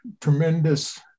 tremendous